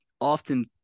often